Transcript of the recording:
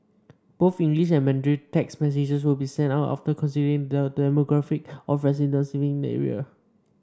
both English and Mandarin text messages will be sent out after considering the demographic of residents living in the area